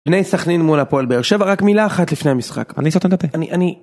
בני סכנין מול הפועל באר שבע רק מילה אחת לפני המשחק ואני סותם ת׳פה. אני אני.